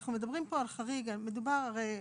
אנחנו מדברים פה על חריג, מדובר, הרי,